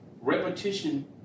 repetition